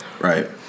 right